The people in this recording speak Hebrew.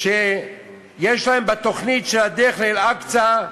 שיש להם בתוכנית של הדרך לאל-אקצא,